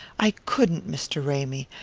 i couldn't, mr. ramy,